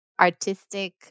artistic